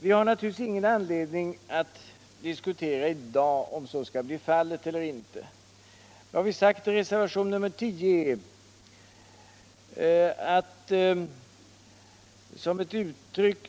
Det finns naturligtvis ingen anledning att diskutera i dag om så skall bli fallet elter inte. Vad vi sagt i reservation 10 skall